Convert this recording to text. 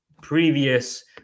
previous